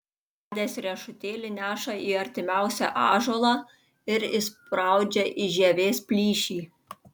radęs riešutėlį neša į artimiausią ąžuolą ir įspraudžia į žievės plyšį